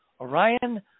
Orion